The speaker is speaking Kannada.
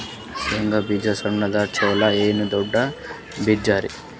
ಶೇಂಗಾ ಬೀಜ ಸಣ್ಣದು ಚಲೋ ಏನ್ ದೊಡ್ಡ ಬೀಜರಿ?